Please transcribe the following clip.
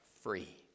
free